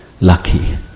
lucky